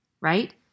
right